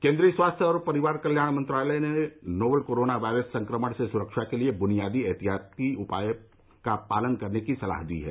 केन्द्रीय स्वास्थ्य और परिवार कल्याण मंत्रालय ने नोवल कोरोना वायरस संक्रमण से सुरक्षा के लिए बुनियादी एहतियाती उपायों का पालन करने की सलाह दी है